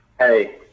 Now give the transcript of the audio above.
Hey